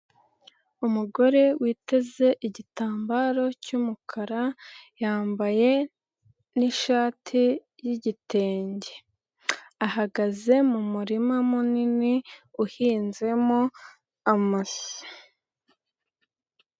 umugore witeze igitambaro cy'umukara. Yambaye n'ishati y'igitenge. Ahagaze mu murima munini uhinzemo amashyi.